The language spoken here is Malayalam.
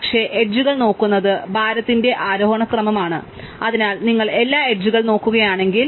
പക്ഷേ ഞങ്ങൾ എഡ്ജുകൾ നോക്കുന്നത് ഭാരത്തിന്റെ ആരോഹണ ക്രമമാണ് അതിനാൽ നിങ്ങൾ എല്ലാ എഡ്ജുകൾ നോക്കുകയാണെങ്കിൽ